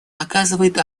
оказывает